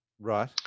Right